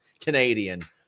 Canadian